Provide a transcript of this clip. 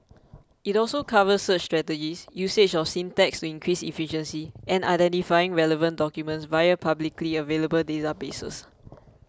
it also covers search strategies usage of syntax to increase efficiency and identifying relevant documents via publicly available databases